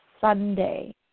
Sunday